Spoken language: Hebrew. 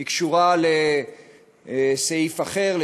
היא קשורה לסעיף אחר,